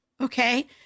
Okay